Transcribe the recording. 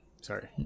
Sorry